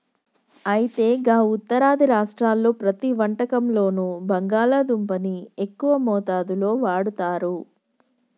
అయితే గా ఉత్తరాది రాష్ట్రాల్లో ప్రతి వంటకంలోనూ బంగాళాదుంపని ఎక్కువ మోతాదులో వాడుతారు